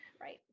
Right